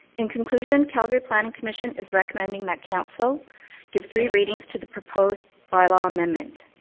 in conclusion, calgary planning commission is recommending that council give three readings to the proposed bylaw amendment.